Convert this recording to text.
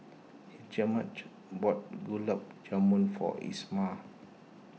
Hjalmer bought Gulab Jamun for Isamar